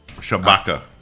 shabaka